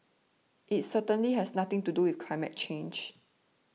it certainly has nothing to do with climate change